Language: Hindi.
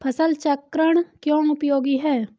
फसल चक्रण क्यों उपयोगी है?